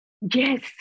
yes